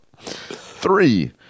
Three